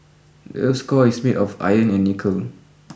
the earth's core is made of iron and nickel